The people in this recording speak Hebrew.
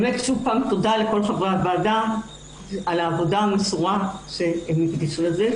שוב תודה לכל חברי הוועדה על העבודה המסורה שהם הקדישו לזה,